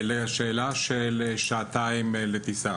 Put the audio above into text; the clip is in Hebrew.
לגבי השאלה של שעתיים לטיסה